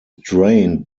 drained